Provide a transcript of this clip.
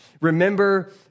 Remember